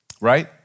right